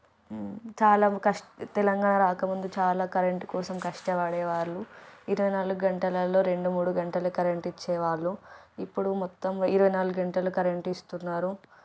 చాలా కష్ట తెలంగాణ రాకముందు చాలా కరెంటు కోసం కష్టపడేవారు ఇరవై నాలుగు గంటలలో రెండు మూడు గంటలు కరెంటు ఇచ్చేవాళ్ళు ఇప్పుడు మొత్తం ఇరవై నాలుగు గంటలు కరెంటు ఇస్తున్నారు